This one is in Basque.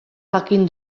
jakin